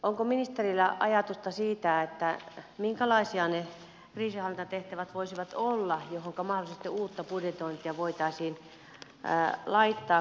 onko ministerillä ajatusta siitä minkälaisia voisivat olla ne kriisinhallintatehtävät joihinka mahdollisesti uutta budjetointia voitaisiin laittaa